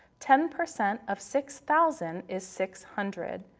ten percent of six thousand is six hundred.